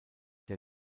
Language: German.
der